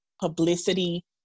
publicity